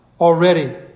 already